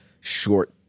short